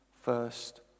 first